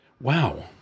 Wow